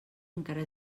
encara